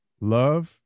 love